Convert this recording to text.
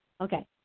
Okay